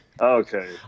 Okay